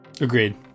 Agreed